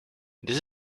this